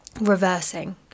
reversing